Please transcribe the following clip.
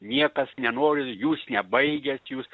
niekas nenori jūs nebaigęs jūs